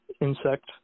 insect